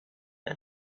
and